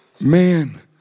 man